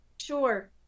sure